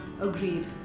Agreed